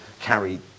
carry